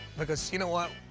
because you know what?